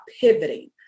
pivoting